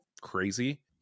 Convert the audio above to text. crazy